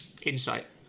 Insight